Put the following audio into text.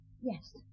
Yes